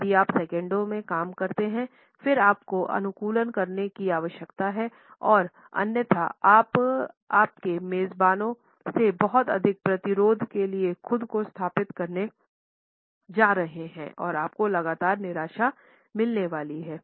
यदि आप सेकंड में काम करते हैं फिर आपको अनुकूलन करने की आवश्यकता है अन्यथा आप आपके मेजबानों से बहुत अधिक प्रतिरोध के लिए खुद को स्थापित करने जा रहे हैं और आपको लगातार निराशा मिलने वाली है